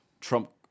Trump